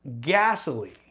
gasoline